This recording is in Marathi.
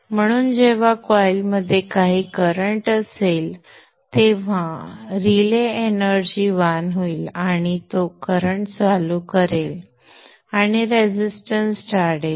म्हणून जेव्हा कॉइलमध्ये काही करंटअसेल तेव्हा रिले एनर्जी वान होईल आणि तो करंट चालू करेल आणि रेझिस्टन्स टाळेल